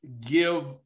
give